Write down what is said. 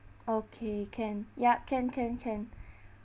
okay can ya can can can